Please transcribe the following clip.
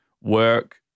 work